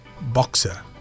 boxer